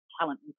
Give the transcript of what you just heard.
talent